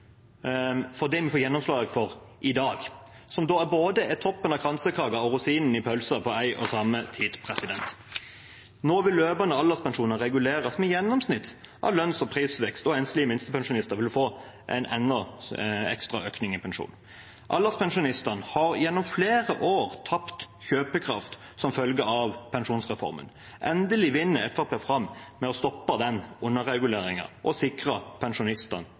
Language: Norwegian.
for i dag, som er både toppen av kransekaken og rosinen i pølsa på en og samme tid. Nå vil løpende alderspensjoner reguleres med gjennomsnitt av lønns- og prisvekst, og enslige minstepensjonister vil få enda en ekstra økning i pensjonen. Alderspensjonistene har gjennom flere år tapt kjøpekraft som følge av pensjonsreformen. Endelig vinner Fremskrittspartiet fram med å stoppe underreguleringen og sikrer pensjonistene kjøpekraft. Jeg hadde håpet at Arbeiderpartiet ville vært litt mer ydmyke, selv om det er valgår. Mens Arbeiderpartiet svikter pensjonistene,